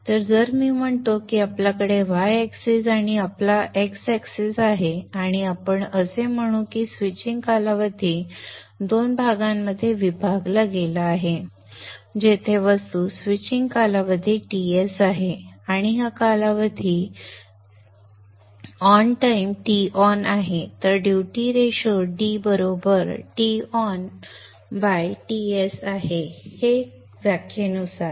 तर जर मी म्हणतो की आपल्याकडे y एक्सिस आणि आपला x एक्सिस आहे आणि आपण असे म्हणू की स्विचिंग कालावधी दोन भागांमध्ये विभागला गेला आहे जेथे वस्तू स्विचिंग कालावधी Ts आहे आणि हा कालावधी ऑन टाइम Ton आहे तर ड्यूटी रेशो d बरोबर TonTs आहे हे व्याख्येनुसार आहे